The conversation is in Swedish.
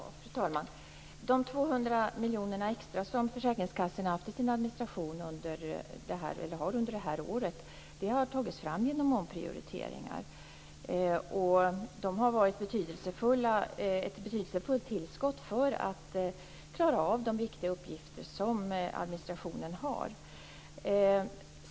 Fru talman! De extra 200 miljoner som försäkringskassorna har till sin administration under det här året har tagits fram genom omprioriteringar. De har varit ett betydelsefullt tillskott för att klara av de viktiga uppgifter som administrationen har.